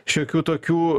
šiokių tokių